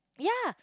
yea